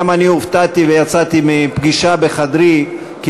גם אני הופתעתי ויצאתי מפגישה בחדרי כי